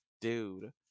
dude